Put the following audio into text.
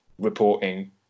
reporting